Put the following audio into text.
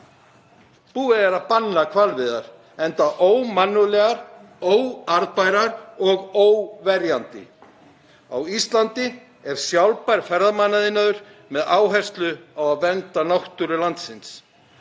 Búið er að banna hvalveiðar, enda ómannúðlegar, óarðbærar og óverjandi. Á Íslandi er sjálfbær ferðamannaiðnaður með áherslu á að vernda náttúru landsins.